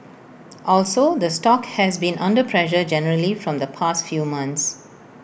also the stock has been under pressure generally from the past few months